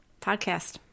podcast